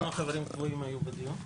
כמה חברים קבועים היו בדיון?